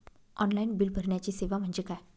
Online bill भरण्याची सेवा म्हणजे काय?